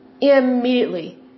Immediately